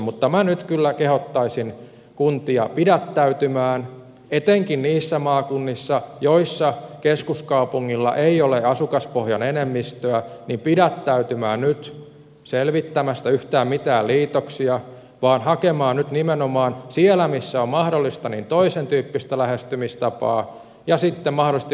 mutta minä nyt kyllä kehottaisin kuntia pidättäytymään etenkin niissä maakunnissa joissa keskuskaupungilla ei ole asukaspohjan enemmistöä selvittämästä yhtään mitään liitoksia vaan hakemaan nyt nimenomaan siellä missä se on mahdollista toisentyyppistä lähestymistapaa ja sitten mahdollisesti muuallakin